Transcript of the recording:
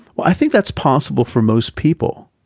well, i think that's possible for most people,